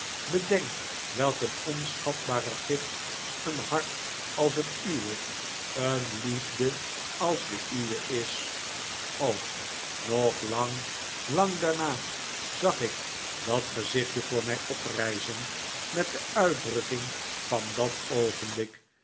bedenk welk een onschatbare gift een hart als het uwe een liefde als de uwe is o nog lang lang daarna zag ik dat gezichtje voor mij oprijzen met de uitdrukking van dat oogenblik